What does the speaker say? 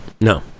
No